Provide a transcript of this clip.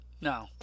No